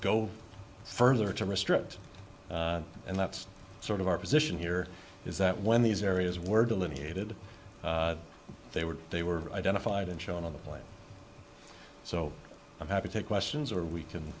go further to restrict and that's sort of our position here is that when these areas were delineated they were they were identified and shown on the plan so i'm happy to take questions or we can